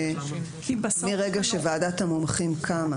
מרגע שוועדת המומחים קמה,